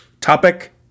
Topic